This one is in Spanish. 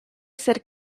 ser